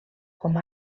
com